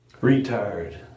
Retired